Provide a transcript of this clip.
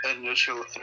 initial